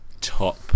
top